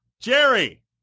Jerry